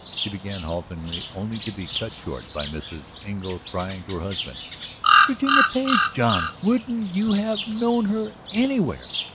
she began haltingly, only to be cut short by mrs. engle crying to her husband it's virginia page, john. wouldn't you have known her anywhere?